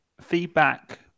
feedback